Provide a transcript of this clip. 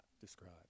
describe